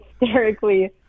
hysterically